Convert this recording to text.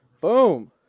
Boom